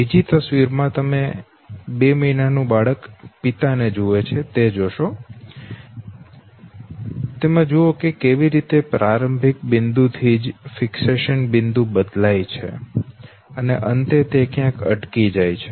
બીજી તસવીર માં તમે બે મહિના નું બાળક પિતાને જુએ છે અને પછી તમે જોશો કે કેવી રીતે પ્રારંભ બિંદુથી જ ફિક્સેશન બિંદુ બદલાય છે અને અંતે તે ક્યાંક અટકી જાય છે